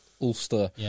Ulster